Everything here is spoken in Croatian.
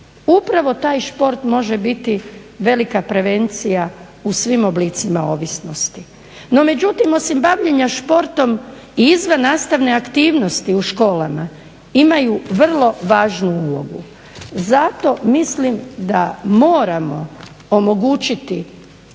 Upravo taj šport može biti velika prevencija u svim oblicima ovisnosti. No međutim, osim bavljenja športom i izvannastavne aktivnosti u školama imaju vrlo važnu ulogu. Zato mislim da moramo omogućiti